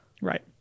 right